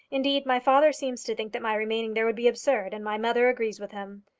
indeed, my father seems to think that my remaining there would be absurd, and my mother agrees with him.